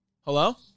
Hello